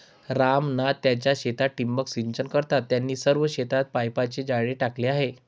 राम नाथ त्यांच्या शेतात ठिबक सिंचन करतात, त्यांनी सर्व शेतात पाईपचे जाळे टाकले आहे